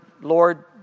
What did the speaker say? Lord